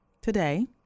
today